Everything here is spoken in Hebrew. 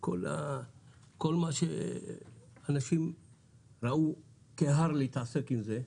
כל מה שאנשים ראו כהר להתעסק עם זה,